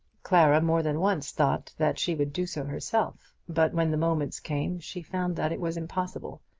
clara more than once thought that she would do so herself but when the moments came she found that it was impossible.